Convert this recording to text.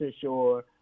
sure